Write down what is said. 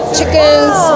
Chickens